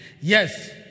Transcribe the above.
Yes